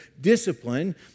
discipline